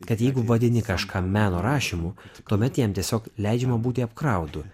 kad jeigu vadini kažką meno rašymu tuomet jam tiesiog leidžiama būti apkrautu